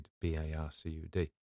B-A-R-C-U-D